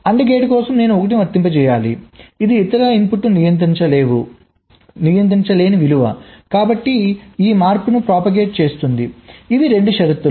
AND gate కోసం నేను 1 ను వర్తింపజేయాలి ఇది ఇతర ఇన్పుట్కు నియంత్రించలేని విలువ కాబట్టి ఈ మార్పు ప్రచారం చేస్తుంది ఇవి 2 షరతులు